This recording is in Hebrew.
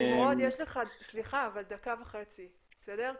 נמרוד, יש לך, סליחה, אבל דקה וחצי, בסדר?